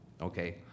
Okay